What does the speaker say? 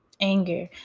anger